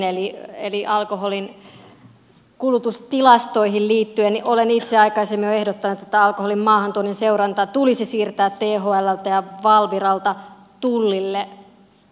eli alkoholin kulutustilastoihin liittyen olen itse jo aikaisemmin ehdottanut että alkoholin maahantuonnin seuranta tulisi siirtää thlltä ja valviralta tullille